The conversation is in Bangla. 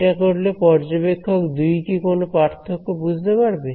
এটা করলে পর্যবেক্ষক 2 কি কোন পার্থক্য বুঝতে পারবে